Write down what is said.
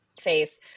Faith